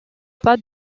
pas